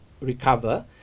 recover